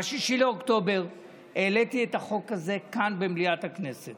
ב-6 באוקטובר העליתי את החוק הזה כאן במליאת הכנסת